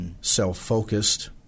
self-focused